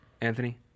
Anthony